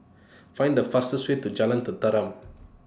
Find The fastest Way to Jalan Tenteram